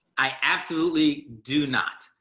i absolutely do not.